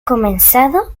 comenzado